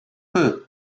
peuh